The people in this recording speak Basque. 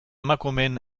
emakumeen